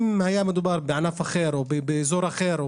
אם היה מדובר בענף אחר או באזור אחר,